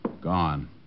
Gone